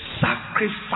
Sacrifice